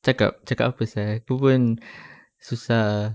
cakap cakap apa sia itu pun susah